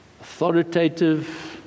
Authoritative